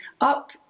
up